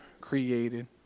created